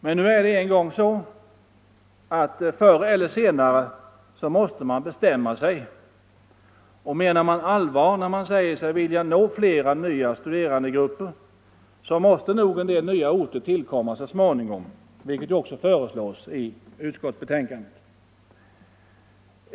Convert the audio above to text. Men nu är det en gång för alla så att förr eller senare måste man bestämma sig, och menar man allvar när man säger sig vilja nå flera nya studerandegrupper, så måste nog en del nya orter tillkomma så småningom, vilket också föreslås i utskottsbetänkandet.